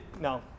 no